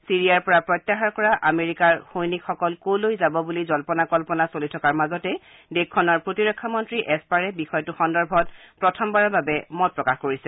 ছিৰিয়াৰ পৰা প্ৰত্যাহাৰ কৰা আমেৰিকাৰ সৈনিতকসকল কলৈ যাব বুলি জল্পনা কল্পনা চলি থকাৰ মাজতে দেখশনৰ প্ৰতিৰক্ষা মন্ত্ৰী এস্পাৰে বিষয়টো সন্দৰ্ভত প্ৰথমবাৰৰ বাবে মত প্ৰকাশ কৰিছে